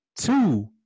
Two